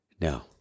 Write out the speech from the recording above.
No